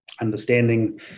understanding